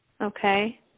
okay